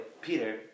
Peter